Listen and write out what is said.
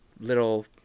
little